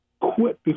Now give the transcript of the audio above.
quit